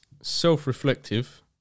self-reflective